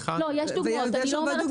אני לא אומרת שלא.